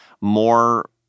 more